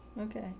okay